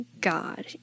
God